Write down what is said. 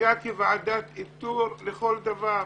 שנהגה כוועדת איתור לכל דבר,